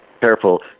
careful